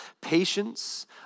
Patience